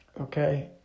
okay